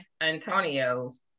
Antonio's